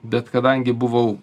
bet kadangi buvau